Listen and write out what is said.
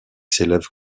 s’élève